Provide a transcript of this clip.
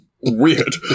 weird